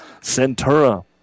Centura